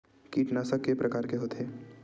कीटनाशक के प्रकार के होथे?